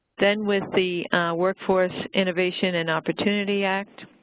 then with the workforce innovation and opportunity act,